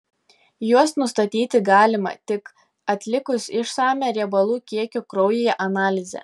juos nustatyti galima tik atlikus išsamią riebalų kiekio kraujyje analizę